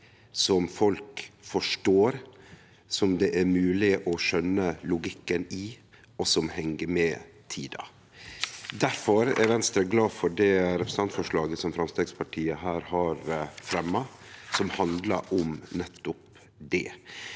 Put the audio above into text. som folk forstår, som det er mogleg å skjøne logikken i, og som heng med i tida. Difor er Venstre glad for representantforslaget som Framstegspartiet har fremja, som handlar om nettopp det.